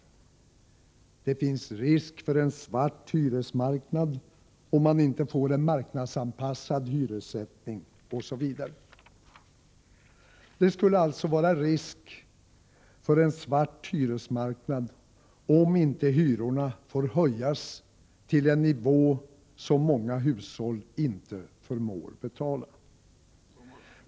Det finns, säger man, risk för en svart hyresmarknad om man inte får en marknadsanpassad hyressättning. Det skulle alltså vara risk för en svart hyresmarknad, om inte hyrorna fick höjas till en nivå som många hushåll inte förmår betala.